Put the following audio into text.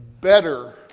better